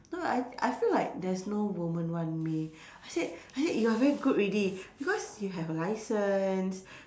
no lah I I feel like there's no woman want me I said I said you are very good already because you have a licence